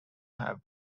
have